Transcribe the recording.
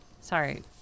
Sorry